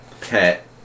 pet